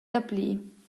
dapli